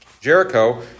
Jericho